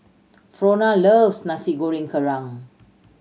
Frona loves Nasi Goreng Kerang